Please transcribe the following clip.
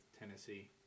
Tennessee